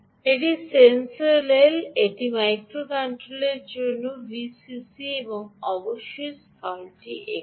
এটি sensor rail এটি মাইক্রোকন্ট্রোলারের জন্য VCC এবং অবশ্যই স্থানটি এখানে